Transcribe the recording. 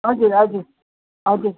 हजुर हजुर